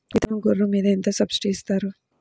విత్తనం గొర్రు మీద ఎంత సబ్సిడీ ఇస్తారు?